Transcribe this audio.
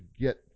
get